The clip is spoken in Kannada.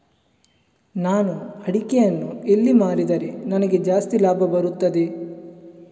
ನಾನು ಅಡಿಕೆಯನ್ನು ಎಲ್ಲಿ ಮಾರಿದರೆ ನನಗೆ ಜಾಸ್ತಿ ಲಾಭ ಬರುತ್ತದೆ?